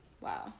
Wow